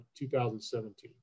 2017